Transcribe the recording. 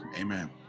Amen